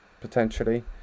potentially